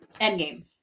Endgame